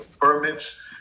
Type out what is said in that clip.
permits